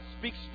speaks